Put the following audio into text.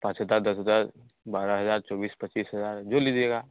पाँच हज़ार दस हज़ार बारह हज़ार चौबीस पच्चीस हज़ार जो लीजिएगा